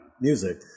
music